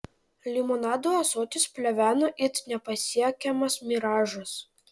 limonado ąsotis pleveno it nepasiekiamas miražas